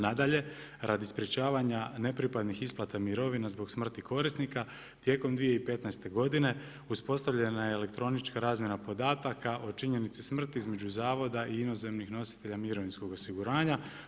Nadalje, radi sprječavanja nepripadnih isplatna mirovina zbog smrti korisnika, tijekom 2015. godine, uspostavljena je elektronička razmjena podataka o činjenici smrti između zavoda i inozemnih nositelja mirovinskog osiguranja.